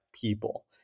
people